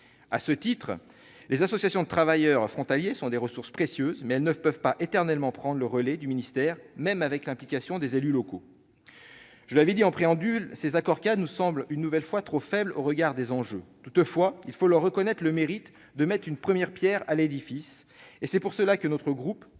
À ce titre, les associations de travailleurs frontaliers sont des ressources précieuses, mais elles ne peuvent pas éternellement prendre le relais du ministère, même avec l'implication des élus locaux. Je l'ai dit en préambule, ces accords-cadres nous semblent une nouvelle fois trop faibles au regard des enjeux. Toutefois, il faut leur reconnaître le mérite de poser la première pierre à l'édifice. C'est pour cela que notre groupe